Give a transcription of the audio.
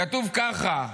כתוב ככה: